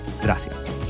Gracias